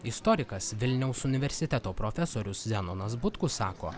istorikas vilniaus universiteto profesorius zenonas butkus sako